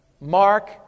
Mark